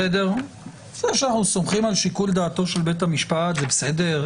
זה שאנחנו סומכים על שיקול דעתו של בית המשפט זה בסדר,